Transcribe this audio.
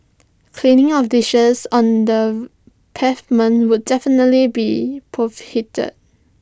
cleaning of dishes on the pavement would definitely be